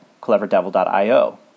cleverdevil.io